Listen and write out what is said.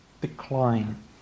decline